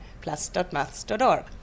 plus.maths.org